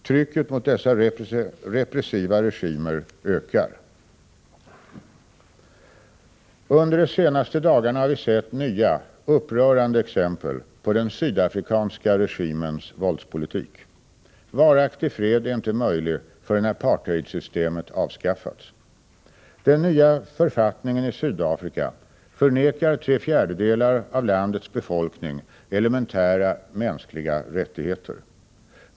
Trycket mot dessa repressiva regimer ökar. Under de senaste dagarna har vi sett nya, upprörande exempel på den sydafrikanska regimens våldspolitik. Varaktig fred är inte möjlig förrän apartheidsystemet avskaffats. Den nya författningen i Sydafrika förvägrar tre fjärdedelar av landets befolkning elementära mänskliga rättigheter.